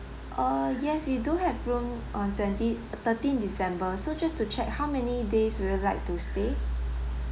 err yes we do have room on twenty thirteen december so just to check how many days you would like to stay